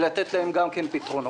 לתת להן גם כן פתרונות.